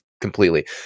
completely